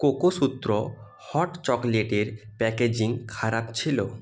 কোকোসূত্র hot চকলেটের packaging খারাপ ছিলো